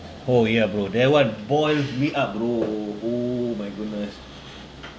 oh ya bro that one boiled me up bro oh my goodness